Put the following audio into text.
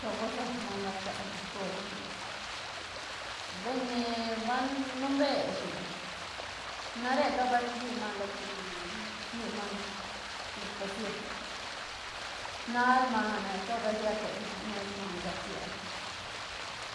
To basob manga cue beñ cor lli beñ-beñ ni ba num beshi vay nare to bal chini manga lo chini manga lo pasier roc nal manga na re to ba siet to pues nesa manga ba siet sa